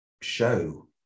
show